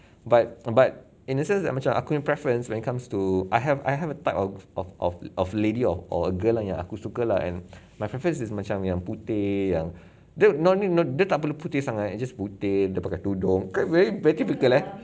but but innocence that macam aku punya preference when comes to I have I have a type of of of of lady of or a girl and yang aku suka lah and my preference is macam yang putih yang dia no need no dia tak perlu putih sangat it's just putih dia pakai tudung ke very very typically uh